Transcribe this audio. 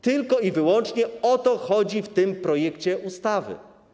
Tylko i wyłącznie o to chodzi w tym projekcie ustawy.